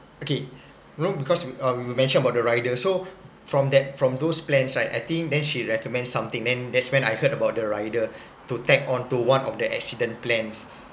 okay you know because uh you were mention about the rider so from that from those plans I think then she recommend something then that's when I heard about the rider to tap onto one of the accident plans